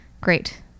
great